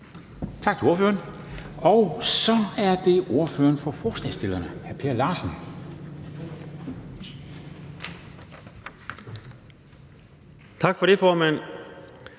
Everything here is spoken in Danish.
Tak for det, formand,